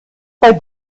bei